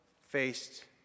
faced